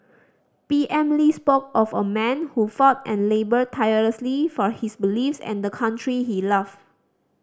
P M Lee spoke of a man who fought and laboured tirelessly for his beliefs and the country he loved